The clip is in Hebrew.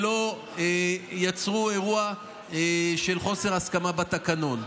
ולא יצרו אירוע של חוסר הסכמה בתקנון.